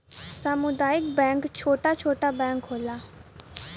सामुदायिक बैंक छोटा छोटा बैंक होला